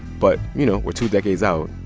but, you know, we're two decades out,